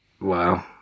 Wow